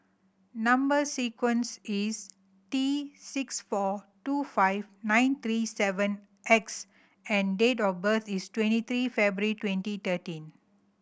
number sequence is T six four two five nine three seven X and date of birth is twenty three February twenty thirteen